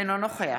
אינו נוכח